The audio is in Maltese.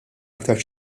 aktar